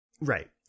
Right